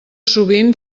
sovint